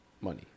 money